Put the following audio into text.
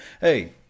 Hey